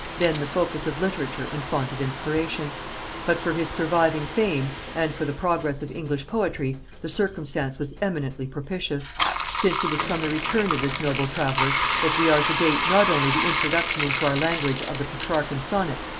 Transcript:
then the focus of literature and fount of inspiration but for his surviving fame, and for the progress of english poetry, the circumstance was eminently propitious since it is from the return of this noble traveller that we are to date not only the introduction into our language of the petrarchan sonnet,